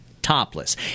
Topless